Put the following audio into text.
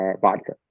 vodka